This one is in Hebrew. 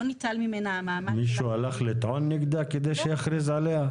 לא ניטל ממנה המעמד -- מישהו הלך לטעון נגדה כדי שיכריז עליה?